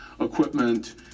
equipment